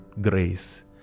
grace